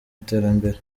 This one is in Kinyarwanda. iterambere